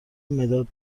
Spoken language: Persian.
مداد